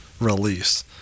release